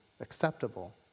acceptable